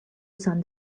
sun